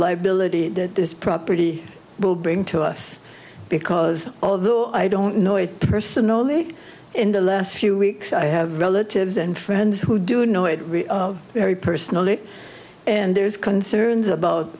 liability that this property will bring to us because although i don't know it personally in the last few weeks i have relatives and friends who do know it very personally and there's concerns about